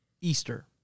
Easter